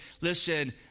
listen